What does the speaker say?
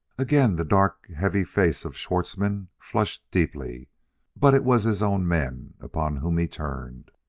again the dark, heavy face of schwartzmann flushed deeply but it was his own men upon whom he turned.